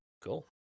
cool